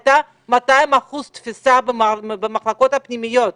הייתה 200% תפוסה במחלקות הפנימיות,